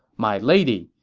my lady,